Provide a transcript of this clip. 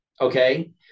Okay